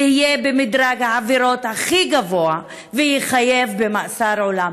יהיה במדרג העבירות הכי גבוה ויחייב מאסר עולם.